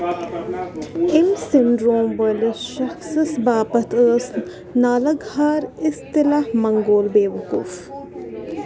اَمہِ سِنٛڈرومٗ وٲلِس شخصَس باپتھ ٲس نالَگ ہار اِصطلاح منگول بیوقوٗف